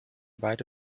beide